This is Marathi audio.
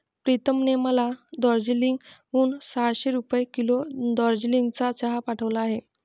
प्रीतमने मला दार्जिलिंग हून सहाशे रुपये किलो दार्जिलिंगचा चहा पाठवला आहे